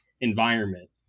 environment